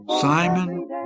Simon